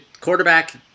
quarterback